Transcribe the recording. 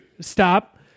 stop